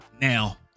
Now